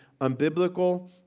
unbiblical